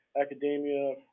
academia